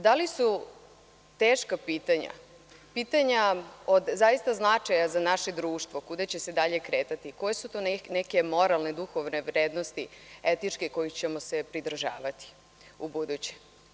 Da li su teška pitanja pitanja od zaista značaja za naše društvo, kuda će se dalje kretati, koje su to neke moralne, duhovne i etičke vrednosti kojih ćemo se pridržavati ubuduće?